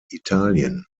italien